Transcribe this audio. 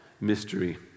mystery